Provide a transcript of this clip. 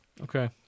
Okay